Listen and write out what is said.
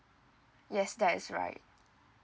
yes that is right